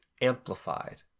amplified